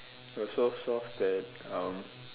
was so soft that um